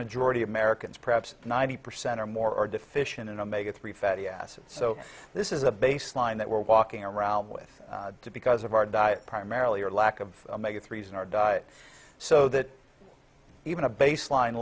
majority of americans perhaps ninety percent or more are deficient in a mega three fatty acids so this is a baseline that we're walking around with because of our diet primarily or lack of mega threes in our diet so that even a baseline